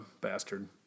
bastard